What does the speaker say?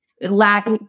lack